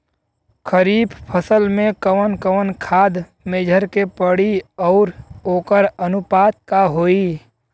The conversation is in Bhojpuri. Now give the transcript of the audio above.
खरीफ फसल में कवन कवन खाद्य मेझर के पड़ी अउर वोकर अनुपात का होई?